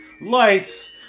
Lights